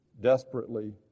desperately